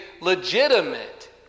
legitimate